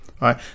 right